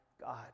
God